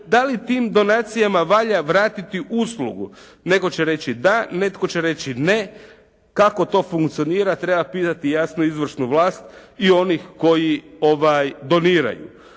da li tim donacijama valja vratiti uslugu. Netko će reći da, netko će reći ne. Kako to funkcionira treba pitati jasno izvršnu vlast i onih koji ih doniraju.